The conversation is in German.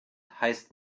heißt